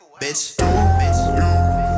Bitch